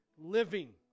living